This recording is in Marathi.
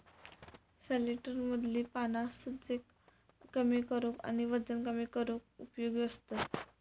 सॅलेडमधली पाना सूजेक कमी करूक आणि वजन कमी करूक उपयोगी असतत